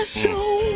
show